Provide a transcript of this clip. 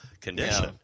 condition